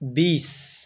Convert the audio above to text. बीस